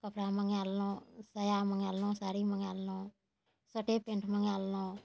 कपड़ा मँगा लेलहुॅं साया मँगा लेलहुॅं साड़ी मँगा लेलहुॅं सर्टे पेन्ट मँगा लेलहुॅं